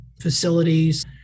facilities